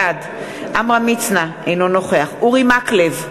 בעד עמרם מצנע, אינו נוכח אורי מקלב,